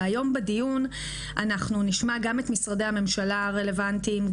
היום בדיון אנחנו נשמע גם את משרדי הממשלה הרלוונטיים,